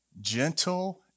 gentle